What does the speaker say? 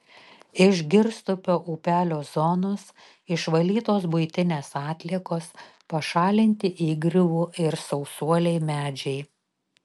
iš girstupio upelio zonos išvalytos buitinės atliekos pašalinti įgriuvų ir sausuoliai medžiai